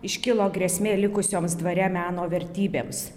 iškilo grėsmė likusioms dvare meno vertybėms